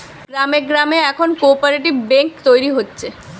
গ্রামে গ্রামে এখন কোপরেটিভ বেঙ্ক তৈরী হচ্ছে